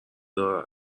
دار